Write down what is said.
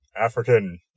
African